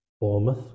Bournemouth